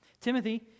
Timothy